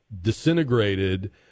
disintegrated